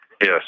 Yes